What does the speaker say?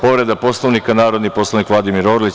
Povreda Poslovnika, narodni poslanik Vladimir Orlić.